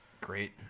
Great